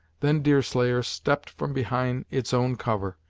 then deerslayer stepped from behind its own cover,